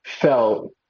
felt